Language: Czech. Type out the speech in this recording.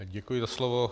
Děkuji za slovo.